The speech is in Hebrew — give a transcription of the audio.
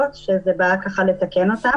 שזה בעיה לתקן אותן,